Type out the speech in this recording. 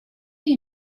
you